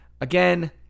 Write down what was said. again